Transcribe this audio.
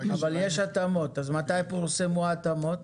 מתי פורסמו ההתאמות?